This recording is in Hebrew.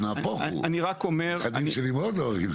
נהפוך הוא, הנכדים שלי מאוד אוהבים.